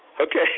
Okay